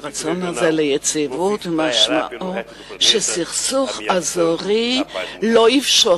הרצון הזה ליציבות משמעו שסכסוך אזורי לא יתפשט